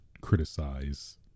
criticize